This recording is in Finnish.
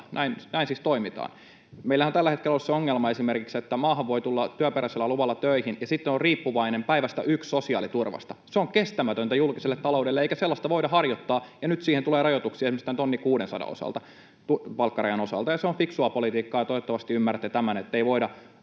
Näin siis toimitaan. Meillähän on tällä hetkellä ollut esimerkiksi se ongelma, että maahan voi tulla työperäisellä luvalla töihin ja sitten on riippuvainen sosiaaliturvasta päivästä yksi. Se on kestämätöntä julkiselle taloudelle, eikä sellaista voida harjoittaa, ja nyt siihen tulee rajoituksia esimerkiksi tämän tonnikuudensadan palkkarajan osalta. Se on fiksua politiikkaa, ja toivottavasti ymmärrätte tämän, ettei voida